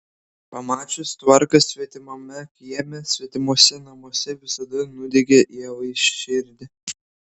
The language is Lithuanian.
pamačius tvarką svetimame kieme svetimuose namuose visada nudiegia ievai širdį